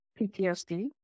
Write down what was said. PTSD